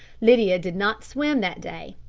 lydia did not swim that day,